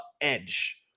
edge